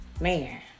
Man